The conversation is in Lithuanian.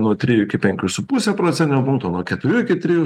nuo trijų iki penkių su puse procentinio punkto nuo keturių iki trijų